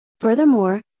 Furthermore